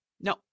no